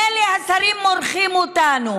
מילא השרים מורחים אותנו,